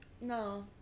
No